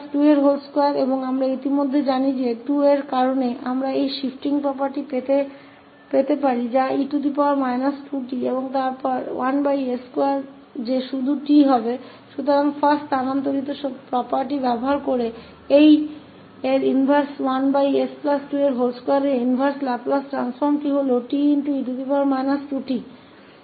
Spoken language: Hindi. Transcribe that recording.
तो यह 1s22हैं और हम पहले से ही जानते हैं कि इस के 2 कारण हमारे पास यह शिफ्ट property हो सकती है जो कहती है कि यह e 2t हैं और फिर अब इसलिए इस शिफ्टिंग property को लागू करना e 2t को बाहर निकालने और फिर 1s2 का लाप्लास प्रतिलोम जो केवल t होगा